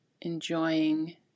enjoying